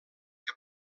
que